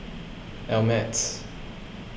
Ameltz